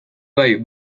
bai